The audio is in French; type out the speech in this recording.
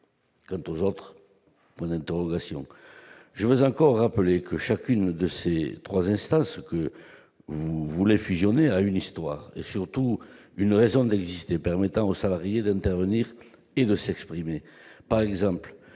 Et des autres entreprises ? Je veux encore rappeler que chacune des trois instances que vous voulez fusionner a une histoire, et surtout une raison d'exister. Elles permettent aux salariés d'intervenir et de s'exprimer. Par exemple,